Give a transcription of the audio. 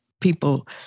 people